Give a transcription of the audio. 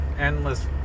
endless